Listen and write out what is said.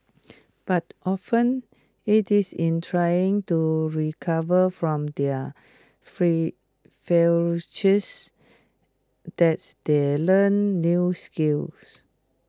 but often IT is in trying to recover from their free that's they learn new skills